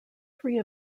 three